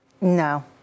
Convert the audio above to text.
No